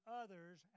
others